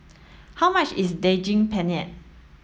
how much is Daging Penyet